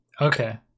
Okay